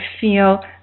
feel